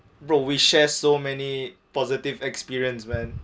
bro we share so many positive experience man